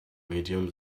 medium